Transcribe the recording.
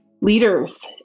leaders